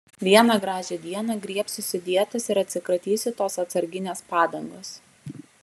vieną gražią dieną griebsiuosi dietos ir atsikratysiu tos atsarginės padangos